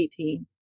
18